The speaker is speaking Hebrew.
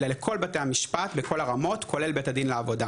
אלא לכל בתי המשפט בכל הרמות כולל בית הדין לעבודה,